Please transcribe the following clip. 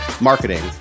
marketing